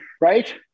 right